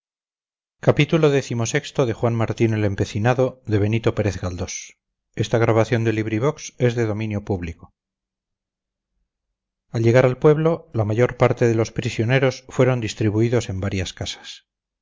éramos doscientos al llegar al pueblo la mayor parte de los prisioneros fueron distribuidos en varias casas los